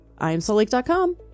IamSaltLake.com